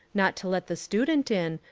not to let the student in,